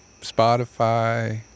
Spotify